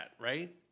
right